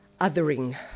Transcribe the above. othering